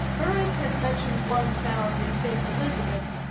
burris had mentioned one found in st. elizabeths,